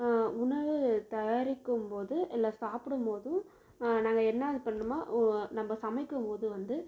உணவு தயாரிக்கும்போது இல்லை சாப்பிடும்போதும் நாங்கள் என்ன பண்ணணுமோ நம்ம சமைக்கும்போது வந்து